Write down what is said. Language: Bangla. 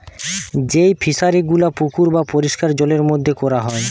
যেই ফিশারি গুলা পুকুর বা পরিষ্কার জলের মধ্যে কোরা হয়